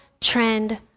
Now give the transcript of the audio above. trend